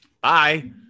bye